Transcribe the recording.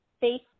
face